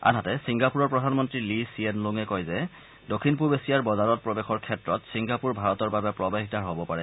আনহাতে ছিংগাপুৰৰ প্ৰধানমন্ত্ৰী লী ছিয়েন লুঙে কয় যে দক্ষিণ পূব এছিয়াৰ বজাৰত প্ৰৱেশৰ ক্ষেত্ৰত ছিংগাপুৰ ভাৰতৰ বাবে প্ৰৱেশ দ্বাৰ হ'ব পাৰে